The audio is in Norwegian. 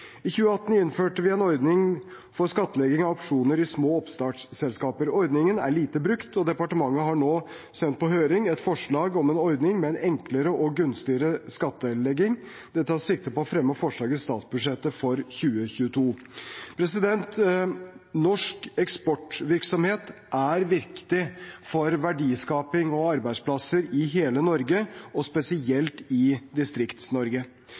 I 2018 innførte vi en ordning for skattlegging av opsjoner i små oppstartsselskaper. Ordningen er lite brukt, og departementet har nå sendt på høring et forslag om en ordning med en enklere og gunstigere skattlegging. Det tas sikte på å fremme forslaget i statsbudsjettet for 2022. Norsk eksportvirksomhet er viktig for verdiskaping og arbeidsplasser i hele Norge, spesielt i